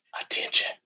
Attention